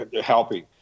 helping